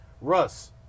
Russ